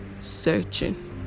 searching